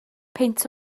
peint